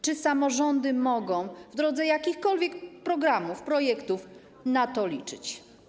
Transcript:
Czy samorządy mogą w ramach jakichkolwiek programów, projektów na to liczyć?